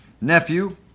Nephew